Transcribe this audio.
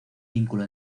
vínculo